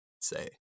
say